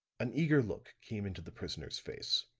an eager look came into the prisoner's face.